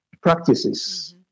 practices